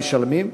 משלמת,